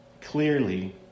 clearly